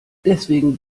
deswegen